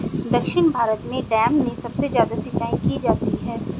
दक्षिण भारत में डैम से सबसे ज्यादा सिंचाई की जाती है